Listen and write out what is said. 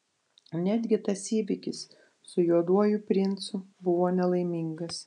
netgi tas įvykis su juoduoju princu buvo nelaimingas